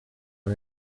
are